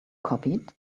copied